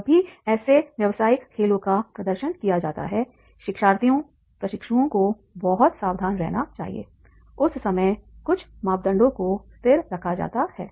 जब भी ऐसे व्यावसायिक खेलों का प्रदर्शन किया जाता है शिक्षार्थियों प्रशिक्षुओं को बहुत सावधान रहना चाहिए उस समय कुछ मापदंडों को स्थिर रखा जाता है